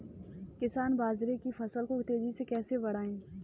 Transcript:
किसान बाजरे की फसल को तेजी से कैसे बढ़ाएँ?